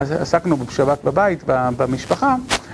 אז עסקנו בשבת בבית במשפחה